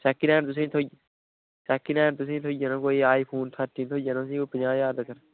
second hand तुसेंई थ्होई second hand तुसेंई थ्होई जाना कोई आई फोन थर्टीन थ्होई जाना तुसें कोई पंजाह् ज्हार तकर